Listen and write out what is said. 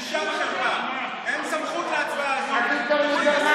אינו משתתף בהצבעה מיקי לוי?